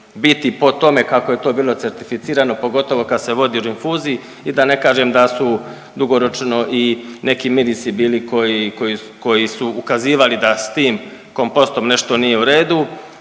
biti po tome kako je to bilo certificirano pogotovo kad se vodi u rinfuzi i da ne kažem da su dugoročno i neki …/Govornik se ne razumije/…bili koji, koji, koji su ukazivali da s tim kompostom nešto nije u redu